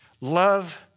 Love